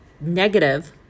negative